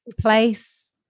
place